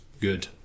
Good